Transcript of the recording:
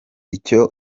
icyo